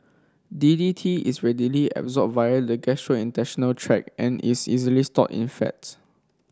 D D T is readily absorbed via the gastrointestinal tract and is easily stored in fats